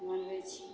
बनबै छिए